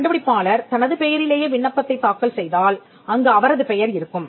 கண்டுபிடிப்பாளர் தனது பெயரிலேயே விண்ணப்பத்தைத் தாக்கல் செய்தால் அங்கு அவரது பெயர் இருக்கும்